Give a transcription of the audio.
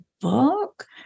book